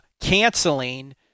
canceling